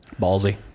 Ballsy